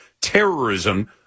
terrorism